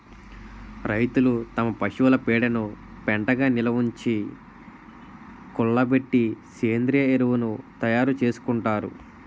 రైతులు తమ పశువుల పేడను పెంటగా నిలవుంచి, కుళ్ళబెట్టి సేంద్రీయ ఎరువును తయారు చేసుకుంటారు